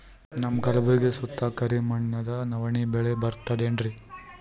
ನಮ್ಮ ಕಲ್ಬುರ್ಗಿ ಸುತ್ತ ಕರಿ ಮಣ್ಣದ ನವಣಿ ಬೇಳಿ ಬರ್ತದೇನು?